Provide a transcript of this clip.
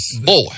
boy